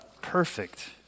perfect